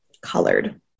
colored